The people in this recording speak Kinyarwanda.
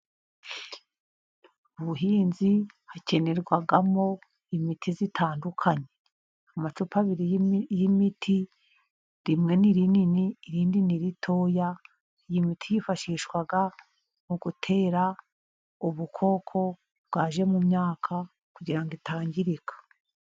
Mu buhinzi hakenerwamo imiti itandukanye, amacupa abiri y'imiti, rimwe ni rinini, irindi ni ritoya, iyi miti yifashishwa mu gutera ,ubukoko bwaje mu myaka kugira ngo itangirika.